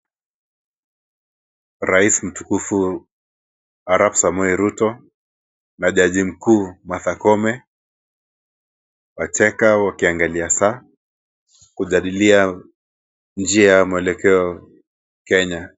Raisi mtukufu Arap Samoi Ruto na jaji mkuu Martha Koome wacheka wakiangalia saa kujadilia njia ya mwelekeo Kenya.